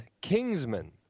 Kingsman